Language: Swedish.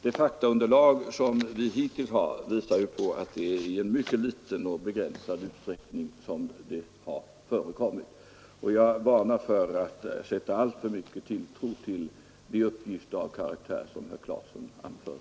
Det faktaunderlag som vi hittills har visar att det är i en mycket begränsad utsträckning som det här förekommit. Jag varnar för att sätta alltför stor tilltro till uppgifter av den karaktär som herr Clarkson anför.